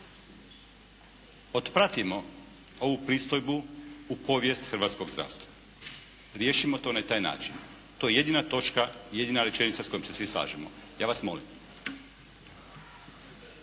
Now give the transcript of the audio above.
otpratimo ovu pristojbu u povijest hrvatskog zdravstva, riješimo to na taj način. To je jedina točka, jedina rečenica s kojom se svi slažemo. Ja vas molim.